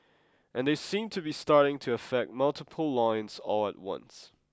and they seem to be starting to affect multiple lines all at once